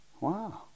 wow